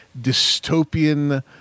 dystopian